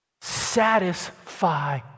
Satisfy